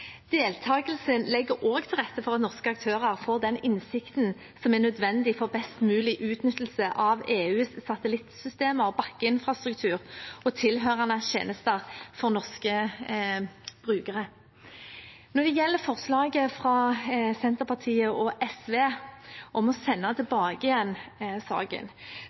Deltakelsen legger også til rette for at norske aktører får den innsikten som er nødvendig for best mulig utnyttelse av EUs satellittsystemer, bakkeinfrastruktur og tilhørende tjenester for norske brukere. Når det gjelder forslaget fra Senterpartiet og SV om å sende saken tilbake